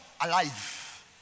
alive